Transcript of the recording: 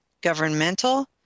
governmental